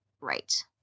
right